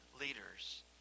leaders